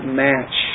match